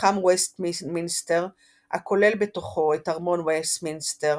מתחם וסטמינסטר הכולל בתוכו את ארמון וסטמינסטר,